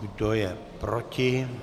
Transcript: Kdo je proti?